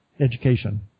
education